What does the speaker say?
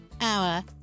hour